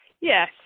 yes